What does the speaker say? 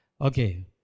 Okay